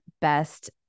best